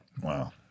Wow